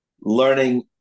learning